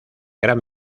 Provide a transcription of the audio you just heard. gran